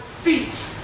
feet